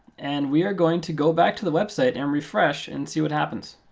and we are going to go back to the website and refresh and see what happens.